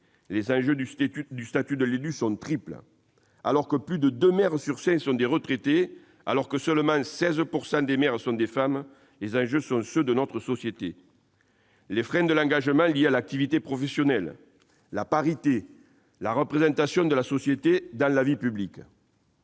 Les enjeux du statut de l'élu sont triples. Alors que plus de deux maires sur cinq sont des retraités, alors que seulement 16 % des maires sont des femmes, ces enjeux sont ceux de notre société : il s'agit de lutter contre les freins à l'engagement liés à l'activité professionnelle, à la parité et à la représentation de la société dans la vie publique.